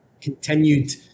continued